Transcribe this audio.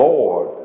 Lord